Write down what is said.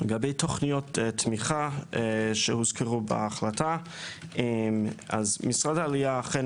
לגבי תוכניות תמיכה שהוזכרו בהחלטה - משרד העלייה אכן